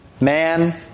Man